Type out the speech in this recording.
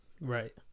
Right